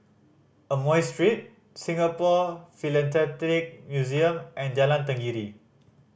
Amoy Street Singapore Philatelic Museum and Jalan Tenggiri